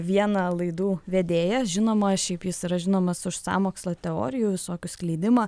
viena laidų vedėją žinomą šiaip jis yra žinomas už sąmokslo teorijų visokių skleidimą